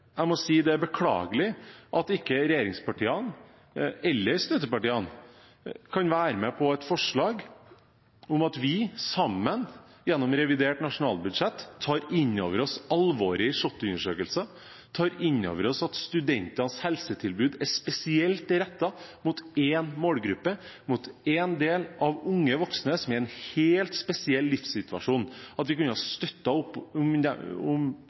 jeg må si at det er beklagelig at ikke regjeringspartiene eller støttepartiene kan være med på et forslag om at vi gjennom revidert nasjonalbudsjett sammen tar inn over oss alvoret i SHoT-undesøkelsen, tar inn over oss at studentenes helsetilbud er spesielt rettet mot én målgruppe, mot en del unge voksne som er i en helt spesiell livssituasjon, og at vi kunne ha støttet enda bedre opp om